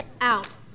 out